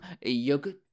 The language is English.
yogurt